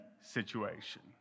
situation